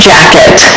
Jacket